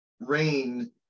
Rain